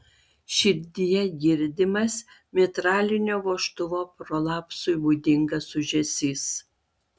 širdyje girdimas mitralinio vožtuvo prolapsui būdingas ūžesys